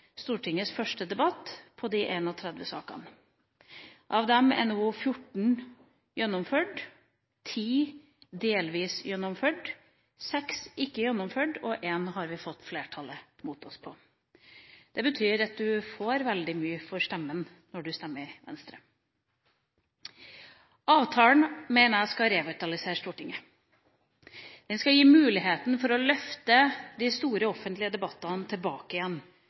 Stortingets første debatt på de 31 sakene: Av dem er nå 14 gjennomført, 10 delvis gjennomført, 6 ikke gjennomført og 1 har vi fått flertallet mot oss på. Det betyr at man får veldig mye for stemmen når man stemmer Venstre. Avtalen mener jeg skal revitalisere Stortinget. Den skal gi muligheten for å løfte de store offentlige debattene tilbake igjen